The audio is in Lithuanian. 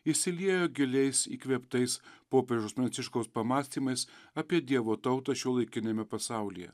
išsiliejo giliais įkvėptais popiežiaus pranciškaus pamąstymais apie dievo tautą šiuolaikiniame pasaulyje